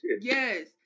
Yes